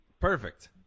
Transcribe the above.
perfect